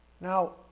Now